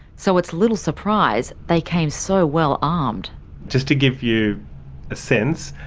so it's little surprise they came so well-armed. just to give you a sense,